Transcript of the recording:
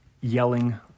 yelling